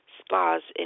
spas